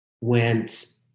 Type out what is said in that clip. went